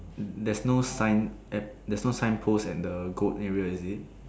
there's no signpost at there's no signpost and the goat area is it